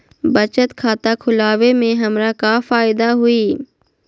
बचत खाता खुला वे में हमरा का फायदा हुई?